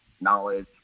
knowledge